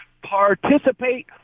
participate